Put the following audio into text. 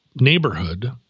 neighborhood